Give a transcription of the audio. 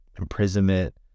imprisonment